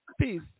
peace